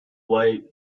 white